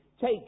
Take